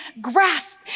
grasp